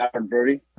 Birdie